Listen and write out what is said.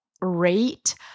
rate